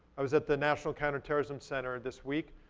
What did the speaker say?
i was at the national counter-terrorism center this week.